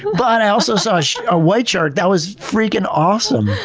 but i also saw a white shark! that was freaking awesome!